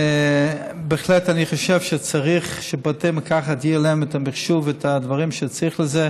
בהחלט אני חושב שצריך שלבתי המרקחת יהיה המחשוב והדברים שצריך לזה,